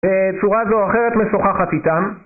בצורה זו או אחרת משוחחת איתם